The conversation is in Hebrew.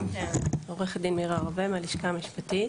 עו"ד מירה רווה מהלשכה המשפטית.